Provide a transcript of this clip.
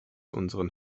unseren